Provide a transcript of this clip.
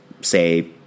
say